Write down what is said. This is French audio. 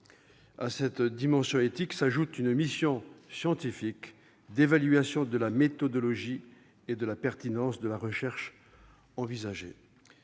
À cette dimension éthique s'ajoute une mission scientifique d'évaluation de la méthodologie et de la pertinence de la recherche envisagée.